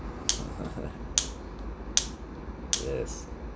yes